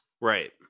Right